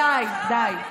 ראש הממשלה מעביר תקציבים,